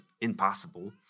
impossible